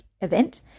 event